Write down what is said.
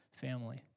family